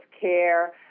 care